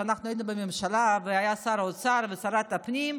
כשאנחנו היינו בממשלה והיו שר אוצר ושרת הפנים,